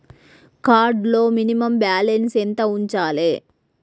Card లో minimum balance ఎంత ఉంచాలే?